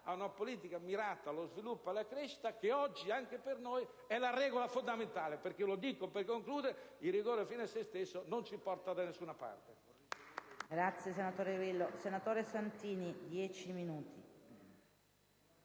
ad una politica mirata allo sviluppo e alla crescita, che oggi anche per noi è la regola fondamentale, perché il rigore fine a se stesso non ci porta da nessuna parte.